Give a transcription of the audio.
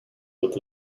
what